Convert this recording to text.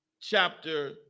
chapter